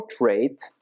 rate